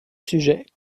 sujet